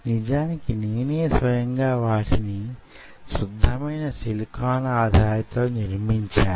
నిజానికి నేనే స్వయంగా వాటిని శుద్ధమైన సిలికాన్ ఆధారితాలతో నిర్మించాను